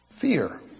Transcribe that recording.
Fear